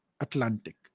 Atlantic